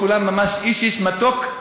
כולם ממש איש איש מתוק,